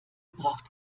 braucht